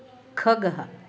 खगः